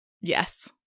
Yes